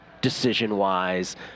decision-wise